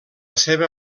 seva